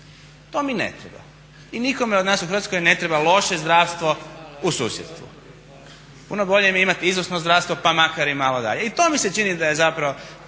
To mi ne treba i nikome od nas u Hrvatskoj ne treba loše zdravstvo u susjedstvu. Puno bolje mi je imati izvrsno zdravstvo pa makar i malo dalje. I to mi se čini da je zapravo